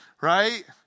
right